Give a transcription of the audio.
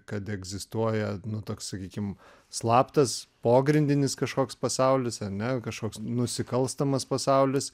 kad egzistuoja toks sakykim slaptas pogrindinis kažkoks pasaulis ar ne kažkoks nusikalstamas pasaulis